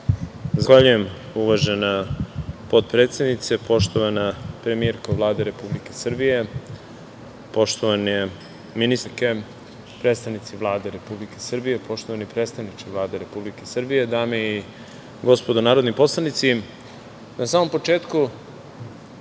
Zahvaljujem, uvažena potpredsednice. Poštovana premijerko Vlade Republike Srbije, poštovane ministarke, predstavnici Vlade Republike Srbije, poštovani predstavniče Vlade Republike Srbije, dame i gospodo narodni poslanici, na samom početku